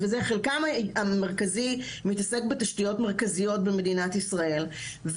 חלקם המרכזי מתעסק עם תשתיות מרכזיות במדינת ישראל,